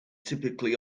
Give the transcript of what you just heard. typically